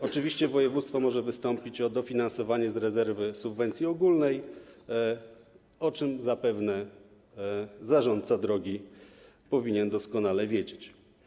Oczywiście województwo może wystąpić o dofinansowanie z rezerwy subwencji ogólnej, o czym zarządca drogi powinien doskonale wiedzieć.